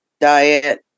diet